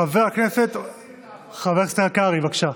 חבר הכנסת קרעי, בבקשה.